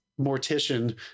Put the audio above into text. mortician